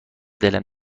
دلم